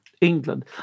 England